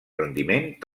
rendiment